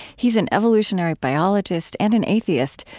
he's an evolutionary biologist, and an atheist,